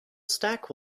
stack